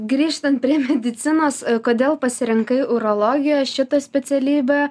grįžtant prie medicinos kodėl pasirinkai urologijos šitą specialybę